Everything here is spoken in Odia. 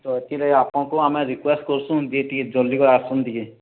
ତ ସେଥିରେ ଆପଣଙ୍କୁ ଆମେ ରିକ୍ୱେଷ୍ଟ କରୁଛୁ ଟିକେ ଜଲ୍ଦି ବା ଆସନ୍ତୁ ଟିକେ